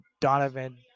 Donovan